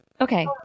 Okay